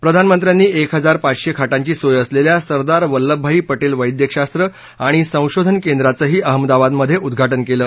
प्रधानमंत्र्यांनी एक हजार पाचशे खाटांची सोय असलेल्या सरदार वल्लभभाई पटेल वैद्यकशास्त्र आणि संशोधन केंद्राचं ही अहमदाबाद मधे उद्घाटन केलं